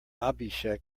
abhishek